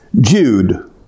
Jude